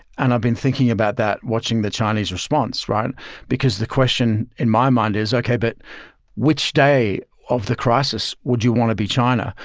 and i've been thinking about that, watching the chinese response. because the question in my mind is, okay, but which day of the crisis would you want to be china?